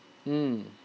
mm